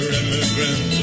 immigrant